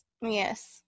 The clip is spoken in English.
Yes